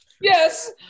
Yes